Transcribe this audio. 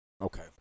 okay